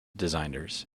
designers